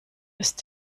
ist